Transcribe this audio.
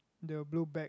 the blue bag